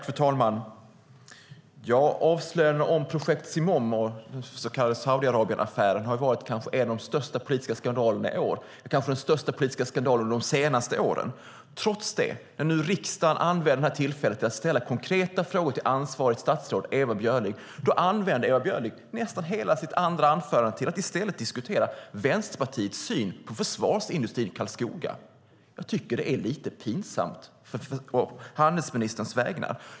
Fru talman! Avslöjandena om projekt Simoom, den så kallade Saudiarabienaffären, har varit en av de största politiska skandalerna i år, ja, kanske den största politiska skandalen de senaste åren. Men när nu riksdagen använder detta tillfälle till att ställa konkreta frågor till ansvarigt statsråd Ewa Björling använder Ewa Björling nästan hela sitt andra anförande till att diskutera Vänsterpartiets syn på försvarsindustrin i Karlskoga. Det är pinsamt för handelsministern.